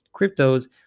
cryptos